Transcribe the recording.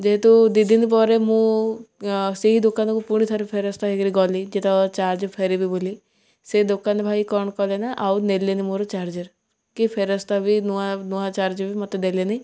ଯେହେତୁ ଦି ଦିନ ପରେ ମୁଁ ସେଇ ଦୋକାନକୁ ପୁଣିଥରେ ଫେରସ୍ତ ହେଇକିରି ଗଲି ଯେତେ ଚାର୍ଜ ଫେରିବି ବୋଲି ସେ ଦୋକାନ ଭାଇ କ'ଣ କଲେ ନା ଆଉ ନେଲେନି ମୋର ଚାର୍ଜର କି ଫେରସ୍ତ ବି ନୂଆ ନୂଆ ଚାର୍ଜ ବି ମୋତେ ଦେଲେନି